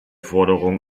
forderung